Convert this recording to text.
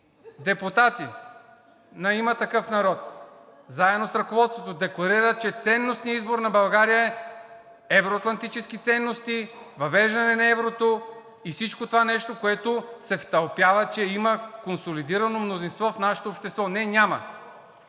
депутати на „Има такъв народ“, заедно с ръководството, декларират, че ценностният избор на България е евро-атлантически ценности, въвеждане на еврото и всичкото това нещо, което се втълпява, че има консолидирано мнозинство в нашето общество. Не, няма!